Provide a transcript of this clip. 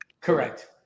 Correct